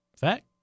Fact